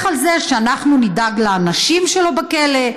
על זה שאנחנו נדאג לאנשים שלו בכלא,